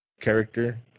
character